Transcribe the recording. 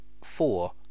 four